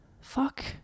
Fuck